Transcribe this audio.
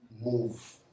Move